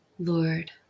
Lord